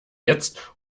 jetzt